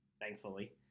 thankfully